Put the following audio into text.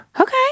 Okay